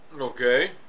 Okay